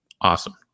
Awesome